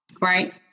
Right